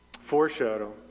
foreshadow